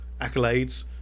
accolades